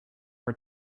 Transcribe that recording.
were